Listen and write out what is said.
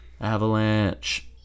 Avalanche